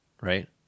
right